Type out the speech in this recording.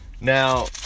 Now